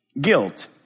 guilt